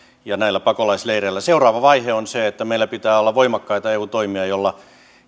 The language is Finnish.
ja näillä pakolaisleireillä seuraava vaihe on se että meillä pitää olla voimakkaita eu toimia joilla